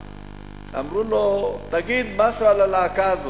אמרו לו: תגיד משהו על הלהקה הזו,